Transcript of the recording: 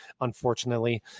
unfortunately